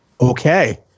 okay